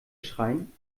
schreien